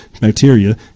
bacteria